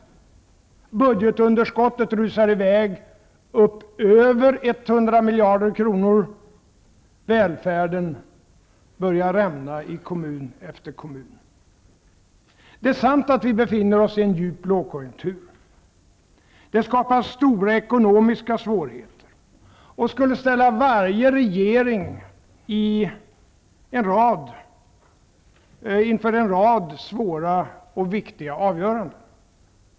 Budgetunderskottet rusar i väg upp över 100 miljarder kronor. Välfärden börjar rämna i kommun efter kommun. Det är sant att vi befinner oss i en djup lågkonjunktur. Det skapar stora ekonomiska svårigheter och skulle ställa varje regering inför en rad svåra och viktiga avgöranden.